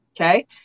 Okay